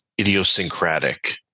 idiosyncratic